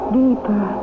deeper